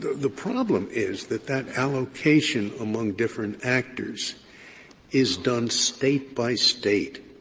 the problem is that that allocation among different actors is done state by state,